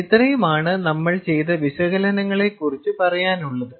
ഇത്രയുമാണ് നമ്മൾ ചെയ്ത വിശകലനങ്ങളെ കുറിച്ച് പറയാനുള്ളത്